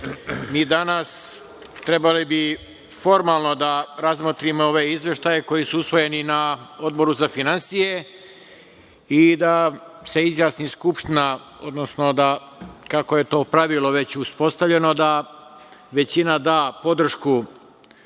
bi danas trebali formalno da razmotrimo ove izveštaje koji su usvojeni na Odboru za finansije i da se izjasni Skupština, odnosno da, kako je to pravilo već uspostavljeno, da većina da podršku